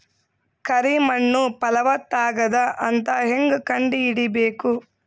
ಕರಿ ಮಣ್ಣು ಫಲವತ್ತಾಗದ ಅಂತ ಹೇಂಗ ಕಂಡುಹಿಡಿಬೇಕು?